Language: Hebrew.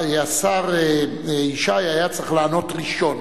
השר ישי היה צריך לענות ראשון,